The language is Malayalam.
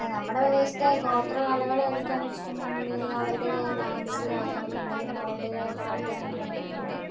നമ്മുടെ പ്രദേശത്തെ ഗോത്രകലകളേതൊക്കെയാന്ന് വെച്ചിട്ടുണ്ടെങ്കിൽ അവരുടേതായ ഡാൻസ് കാര്യങ്ങളൊക്കെയുണ്ട് പിന്നെ അവരുടേതായ പാട്ട് അങ്ങനെയുള്ളതൊക്കെയുണ്ട്